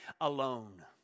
alone